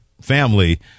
family